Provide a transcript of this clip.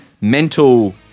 mental